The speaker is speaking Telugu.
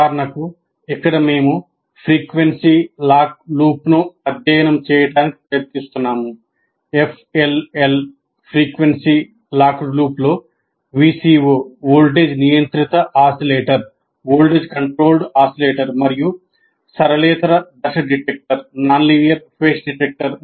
ఉదాహరణకు ఇక్కడ మేము ఫ్రీక్వెన్సీ లాక్ లూప్ను అధ్యయనం చేయడానికి ప్రయత్నిస్తున్నాము FLL లో VCO వోల్టేజ్ నియంత్రిత ఆసి లెటర్